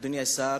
אדוני השר,